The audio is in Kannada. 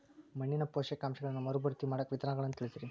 ಮಣ್ಣಿನ ಪೋಷಕಾಂಶಗಳನ್ನ ಮರುಭರ್ತಿ ಮಾಡಾಕ ವಿಧಾನಗಳನ್ನ ತಿಳಸ್ರಿ